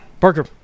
Parker